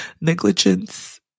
negligence